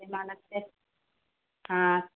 म्हणजे मला ते हा